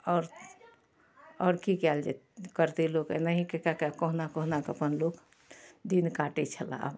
आओर आओर कि कएल जे करितै लोक एनाहि कऽ कै कऽ कहुना कहुना कऽ अपन लोक दिन काटै छलै आब